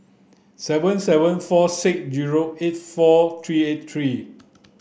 seven seven four six zero eight four three eight three